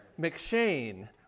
McShane